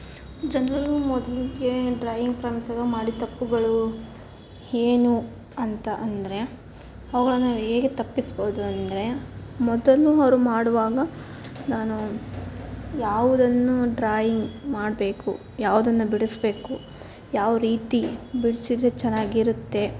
ಜನರು ಮೊದಲಿಗೆ ಡ್ರಾಯಿಂಗ್ ಪ್ರಾರಂಭಿಸ್ದಾಗ ಮಾಡಿದ ತಪ್ಪುಗಳು ಏನು ಅಂತ ಅಂದರೆ ಅವುಗಳನ್ನು ನಾವು ಹೇಗೆ ತಪ್ಪಿಸ್ಬೌದು ಅಂದರೆ ಮೊದಲು ಅವರು ಮಾಡುವಾಗ ನಾನು ಯಾವುದನ್ನು ಡ್ರಾಯಿಂಗ್ ಮಾಡಬೇಕು ಯಾವುದನ್ನು ಬಿಡಿಸ್ಬೇಕು ಯಾವ ರೀತಿ ಬಿಡ್ಸಿದ್ರೆ ಚೆನ್ನಾಗಿರುತ್ತೆ